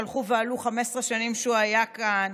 שהלכו ועלו ב-15 שנים כשהוא היה כאן,